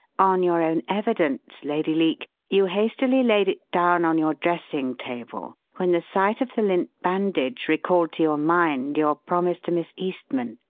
on your own evidence, lady leake, you hastily laid it down on your dressing-table, when the sight of the lint bandage recalled to your mind your promise to miss eastman,